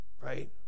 right